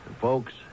Folks